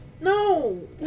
No